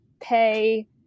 pay